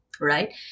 right